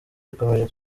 bikomeje